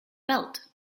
belt